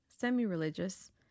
semi-religious